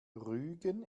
rügen